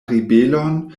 ribelon